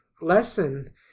lesson